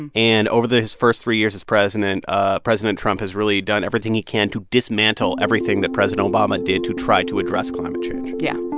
and and over his first three years as president, ah president trump has really done everything he can to dismantle everything that president obama did to try to address climate change yeah.